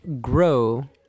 grow